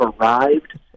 arrived